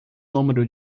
número